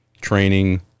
training